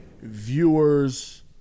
Viewers